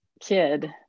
kid